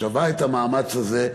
שווה את המאמץ הזה,